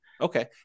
Okay